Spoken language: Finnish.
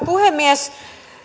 puhemies